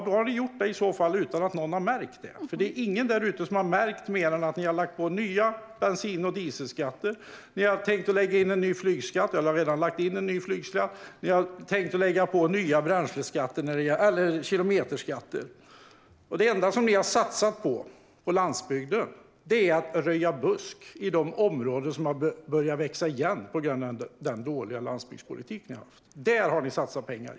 Då har ni gjort det utan att någon har märkt det, för ingen har märkt något annat än att ni har lagt på nya bensin och dieselskatter och en flygskatt och att ni tänker lägga på en kilometerskatt. Er enda satsning på landsbygden är buskröjning i de områden som har börjat växa igen på grund av er dåliga landsbygdspolitik. Här har ni satsat pengar.